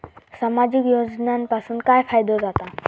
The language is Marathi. सामाजिक योजनांपासून काय फायदो जाता?